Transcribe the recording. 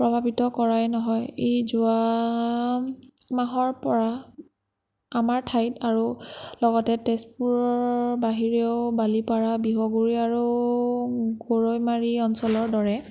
প্ৰভাৱিত কৰাই নহয় এই যোৱা মাহৰ পৰা আমাৰ ঠাইত আৰু লগতে তেজপুৰৰ বাহিৰেও বালিপাৰা বিহগুৰি আৰু গৰৈমাৰী অঞ্চলৰ দৰে